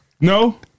No